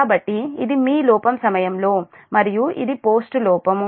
కాబట్టి ఇది మీ లోపం సమయంలో మరియు ఇది పోస్ట్ లోపం